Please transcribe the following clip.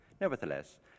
Nevertheless